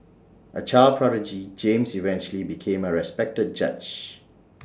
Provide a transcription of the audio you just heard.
A child prodigy James eventually became A respected judge